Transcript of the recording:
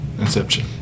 Inception